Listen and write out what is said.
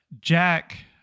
Jack